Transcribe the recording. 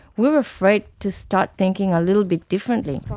we're afraid to start thinking a little bit differently.